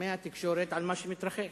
מהתקשורת על מה שמתרחש.